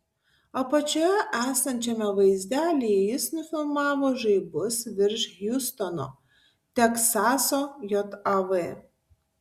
apačioje esančiame vaizdelyje jis nufilmavo žaibus virš hjustono teksaso jav